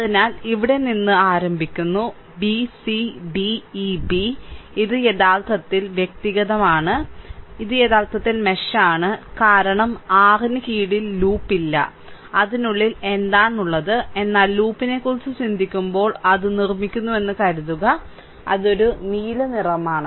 അതിനാൽ ഇവിടെ നിന്ന് ആരംഭിക്കുന്നു b c d e b ഇത് യഥാർത്ഥത്തിൽ വ്യക്തിഗതമാണ് ഇത് യഥാർത്ഥത്തിൽ മെഷ് ആണ് ഇത് മെഷ് ആണ് കാരണം r ന് കീഴിൽ ലൂപ്പ് ഇല്ല അതിനുള്ളിൽ എന്താണുള്ളത് എന്നാൽ ലൂപ്പിനെക്കുറിച്ച് ചിന്തിക്കുമ്പോൾ അത് നിർമ്മിക്കുന്നുവെന്ന് കരുതുക അത് ഒരു നീല നിറമാണ്